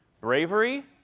bravery